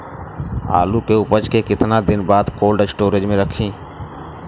आलू के उपज के कितना दिन बाद कोल्ड स्टोरेज मे रखी?